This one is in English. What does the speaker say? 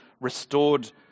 restored